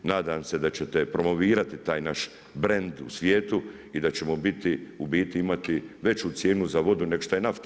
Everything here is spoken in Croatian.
Nadam se da ćete promovirati taj naš brend u svijetu i da ćemo biti, u biti imati veću cijenu za vodu nego što je nafta.